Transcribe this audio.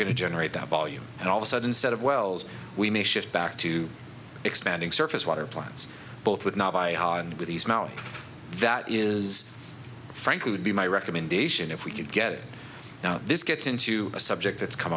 going to generate that volume and all the sudden set of wells we may shift back to expanding surface water plants both with and with that is frankly would be my recommendation if we could get it now this gets into a subject that's come